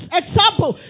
example